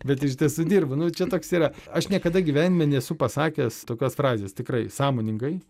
bet iš tiesų dirbu nu čia toks yra aš niekada gyvenime nesu pasakęs tokios frazės tikrai sąmoningai